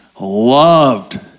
loved